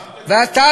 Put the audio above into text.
ועתה,